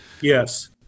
Yes